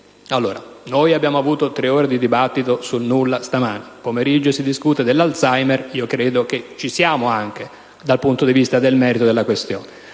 stamane abbiamo avuto tre ore di dibattito sul nulla, nel pomeriggio si discuterà dell'Alzheimer, credo che ci siamo, anche dal punto di vista del merito della questione.